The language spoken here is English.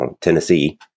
Tennessee